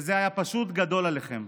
וזה היה פשוט גדול עליכם.